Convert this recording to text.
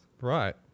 Right